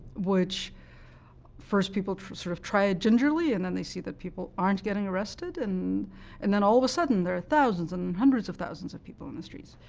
which first people sort of tried gingerly, and then they see that people aren't getting arrested, and and then all of a sudden, there are thousands and hundreds of thousands of people in the streets.